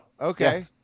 Okay